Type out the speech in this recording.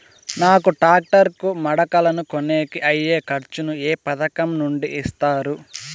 నాకు టాక్టర్ కు మడకలను కొనేకి అయ్యే ఖర్చు ను ఏ పథకం నుండి ఇస్తారు?